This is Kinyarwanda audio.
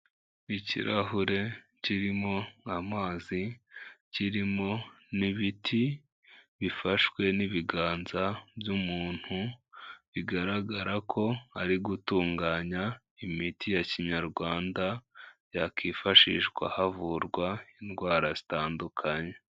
Ikirahure kirimo amazi, kirimo n'ibiti bifashwe n'ibiganza by'umuntu, bigaragara ko ari gutunganya imiti ya Kinyarwanda yakwifashishwa havurwa indwara zitandukanye.